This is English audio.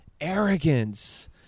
arrogance